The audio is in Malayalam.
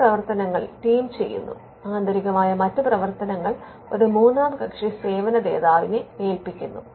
ചില പ്രവർത്തനങ്ങൾ ടീം ചെയ്യുന്നു ആന്തരികമായ മറ്റ് പ്രവർത്തനങ്ങൾ ഒരു മൂന്നാം കക്ഷി സേവന ദാതാവിനെ ഏൽപ്പിക്കുന്നു